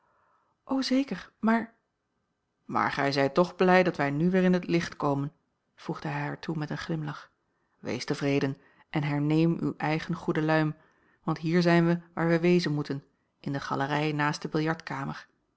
zeker maar maar gij zijt toch blij dat wij nu weer in het licht komen voegde hij haar toe met een glimlach wees tevreden en herneem uw eigen goede luim want hier zijn we waar wij wezen moeten in de galerij naast de